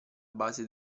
base